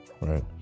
right